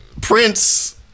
Prince